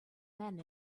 men